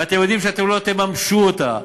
ואתם יודעים שאתם לא תממשו אותה.